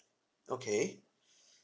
okay